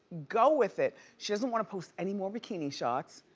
go with it. she doesn't wanna post any more bikini shots.